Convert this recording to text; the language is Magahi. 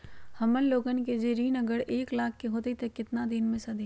हमन लोगन के जे ऋन अगर एक लाख के होई त केतना दिन मे सधी?